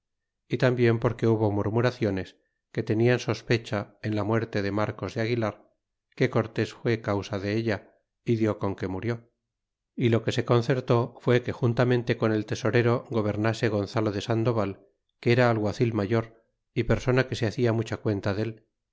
y tambien porque hubo murmuraciones que tenian sospecha en la muerte de marcos de aguilar que cortés fué causa della e die con que murió y lo que se concertó fue que juntamente con el tesorero gobernase gonzalo de sandoval que era alguacil mayor y persona que se hacia mucha cuenta dé